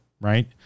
right